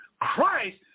Christ